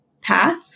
path